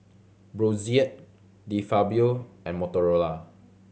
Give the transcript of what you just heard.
Brotzeit De Fabio and Motorola